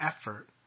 effort